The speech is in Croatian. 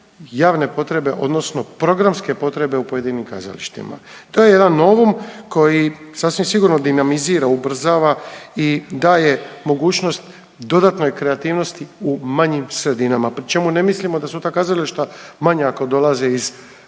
javne potrebe odnosno programske potrebe u pojedinim kazalištima. To je jedan novum koji sasvim sigurno dinamizira, ubrzava i daje mogućnost dodatnoj kreativnosti u manjim sredinama pri čemu ne mislimo da su ta kazališta manja ako dolaze iz